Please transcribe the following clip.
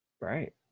Right